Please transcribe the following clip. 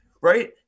right